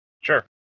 Sure